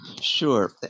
Sure